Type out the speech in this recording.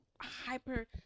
hyper